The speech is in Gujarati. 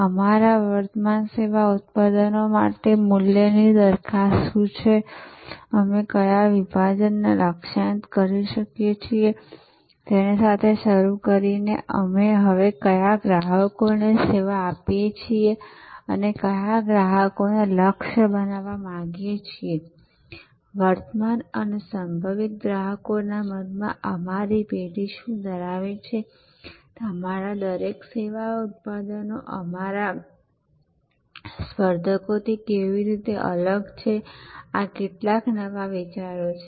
અમારા વર્તમાન સેવા ઉત્પાદનો માટે મૂલ્યની દરખાસ્ત શું છે અને અમે કયા બજાર વિભાજનને લક્ષ્યાંકિત કરી રહ્યા છીએ તેની સાથે શરૂ કરીને અમે હવે કયા ગ્રાહકોને સેવા આપીએ છીએ અને અમે કયા ગ્રાહકોને લક્ષ્ય બનાવવા માંગીએ છીએ વર્તમાન અને સંભવિત ગ્રાહકોના મનમાં અમારી પેઢી શું ધરાવે છે અમારા દરેક સેવા ઉત્પાદનો અમારા સ્પર્ધકોથી કેવી રીતે અલગ છે આ કેટલાક નવા વિચારો છે